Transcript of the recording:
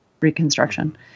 Reconstruction